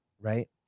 Right